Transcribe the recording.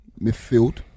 Midfield